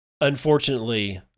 unfortunately